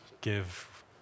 give